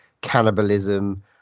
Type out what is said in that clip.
cannibalism